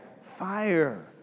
fire